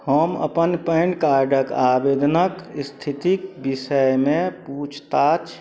हम अपन पैन कार्डके आवेदनक इस्थितिके विषयमे पूछताछ